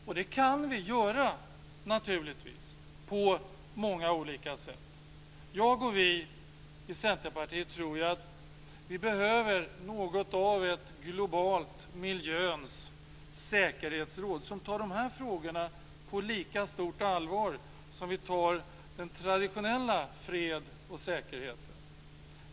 Och det kan vi naturligtvis göra på många olika sätt. Jag, och vi i Centerpartiet, tror att vi behöver något av ett globalt miljöns säkerhetsråd som tar de här frågorna på lika stort allvar som vi tar de traditionella frågorna om fred och säkerhet.